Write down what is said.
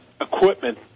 equipment